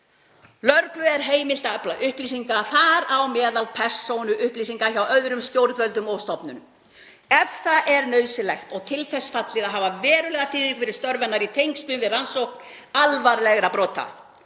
„Lögreglu er heimilt að afla upplýsinga, þar á meðal persónuupplýsinga, hjá öðrum stjórnvöldum og stofnunum ef það er nauðsynlegt og til þess fallið að hafa verulega þýðingu fyrir störf hennar í tengslum við rannsókn alvarlegra brota